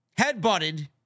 headbutted